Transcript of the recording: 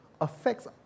affects